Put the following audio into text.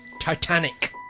Titanic